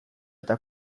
eta